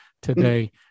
today